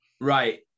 Right